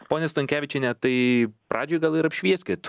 ponia stankevičiene tai pradžiai gal ir apšvieskit